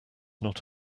not